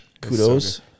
Kudos